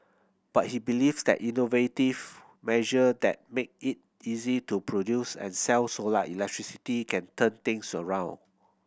but he believe that innovative measure that make it easy to produce and sell solar electricity can turn things around